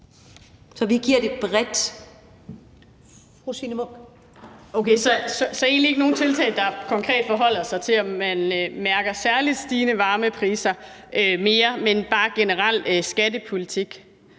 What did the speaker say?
Vi giver det bredt.